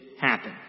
happen